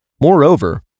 Moreover